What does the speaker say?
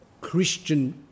Christian